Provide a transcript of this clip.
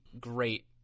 great